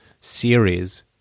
series